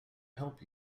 help